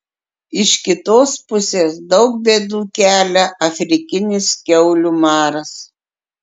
iš kitos pusės daug bėdų kelia afrikinis kiaulių maras